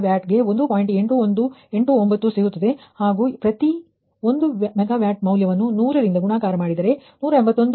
ಹಾಗಾಗಿ ಈ ಪ್ರತಿ ಒಂದು ಮೆಗಾವ್ಯಾಟ್ ಮೌಲ್ಯವನ್ನು 100 ರಿಂದ ಗುಣಾಕಾರ ಮಾಡಿದರೆ 181